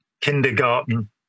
kindergarten